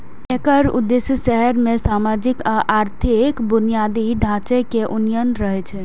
एकर उद्देश्य शहर मे सामाजिक आ आर्थिक बुनियादी ढांचे के उन्नयन रहै